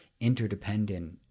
interdependent